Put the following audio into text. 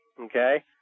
Okay